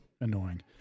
annoying